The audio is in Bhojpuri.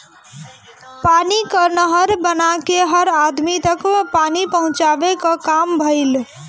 पानी कअ नहर बना के हर अदमी तक पानी पहुंचावे कअ काम भइल